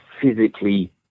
physically